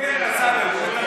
הוא מתרגל את הצד הזה.